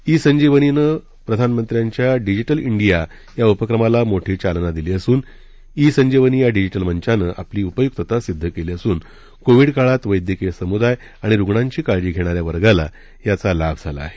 E संजीवनीने पंतप्रधानांच्या digital India या उपक्रमाला मोठी चालना दिली असून ई संजीवनी या डिजिटल मंचानं आपली उपयुकता सिद्ध केली असून कोविड काळात वैद्यकीय समुदाय आणि रुग्णांची काळजी घेणाऱ्या वर्गाला याचा लाभ झाला आहे